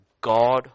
God